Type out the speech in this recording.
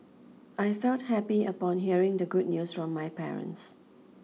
I felt happy upon hearing the good news from my parents